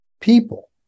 people